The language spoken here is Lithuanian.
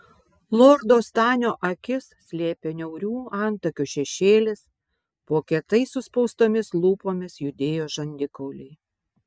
lordo stanio akis slėpė niaurių antakių šešėlis po kietai suspaustomis lūpomis judėjo žandikauliai